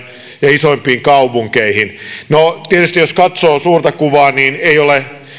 ja isompiin kaupunkeihin no tietysti jos katsoo suurta kuvaa niin ei